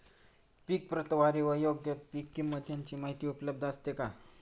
पीक प्रतवारी व योग्य पीक किंमत यांची माहिती उपलब्ध असते का?